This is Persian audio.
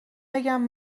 بگم